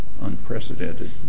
unprecedented